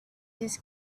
this